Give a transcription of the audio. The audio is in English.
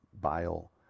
bile